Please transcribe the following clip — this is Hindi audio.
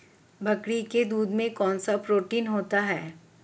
बकरी के दूध में कौनसा प्रोटीन होता है?